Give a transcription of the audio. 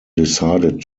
decided